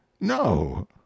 no